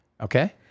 Okay